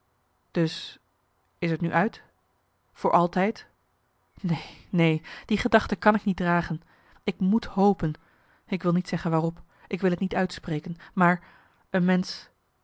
dus is t nu uit voor altijd neen neen die gedachte kan ik niet dragen ik moet hopen ik wil niet zeggen waarop ik wil t niet uistpreken maar een mensch